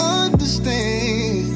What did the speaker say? understand